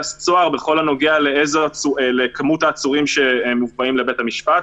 הסוהר בכל הנוגע לכמות העצורים שמובאים לבית המשפט.